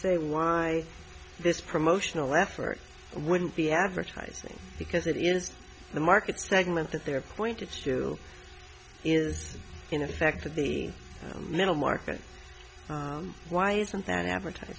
say why this promotional effort wouldn't be advertising because it is the market segment that they're pointed to is in effect for the middle market why isn't that advertis